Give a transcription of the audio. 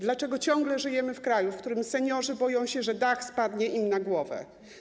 Dlaczego ciągle żyjemy w kraju, w którym seniorzy boją się, że dach spadnie im na głowę?